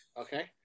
Okay